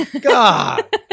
God